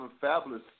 fabulous